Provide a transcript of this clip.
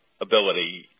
Ability